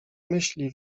myśli